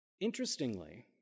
Interestingly